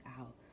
out